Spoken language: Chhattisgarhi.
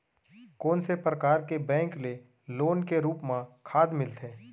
कोन से परकार के बैंक ले लोन के रूप मा खाद मिलथे?